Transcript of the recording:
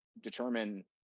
determine